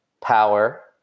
power